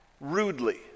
rudely